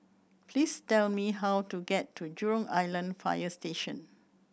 please tell me how to get to Jurong Island Fire Station